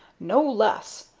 no less,